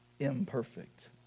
Imperfect